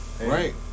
right